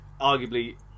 arguably